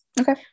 Okay